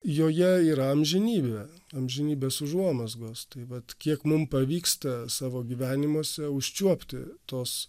joje yra amžinybė amžinybės užuomazgos tai vat kiek mum pavyksta savo gyvenimuose užčiuopti tos